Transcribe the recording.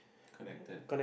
connected